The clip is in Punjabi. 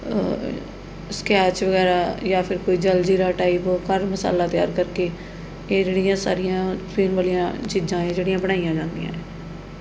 ਸਕੈਚ ਵਗੈਰਾ ਜਾਂ ਫਿਰ ਕੋਈ ਜਲਜੀਰਾ ਟਾਈਪ ਘਰ ਮਸਾਲਾ ਤਿਆਰ ਕਰਕੇ ਇਹ ਜਿਹੜੀਆਂ ਸਾਰੀਆਂ ਪੀਣ ਵਾਲੀਆਂ ਚੀਜ਼ਾਂ ਏ ਇਹ ਜਿਹੜੀਆਂ ਬਣਾਈਆਂ ਜਾਂਦੀਆ ਏ